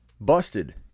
busted